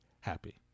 happy